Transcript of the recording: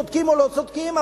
צודקים או לא צודקים,